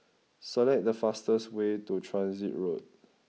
select the fastest way to Transit Road